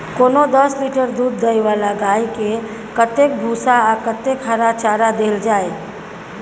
कोनो दस लीटर दूध दै वाला गाय के कतेक भूसा आ कतेक हरा चारा देल जाय?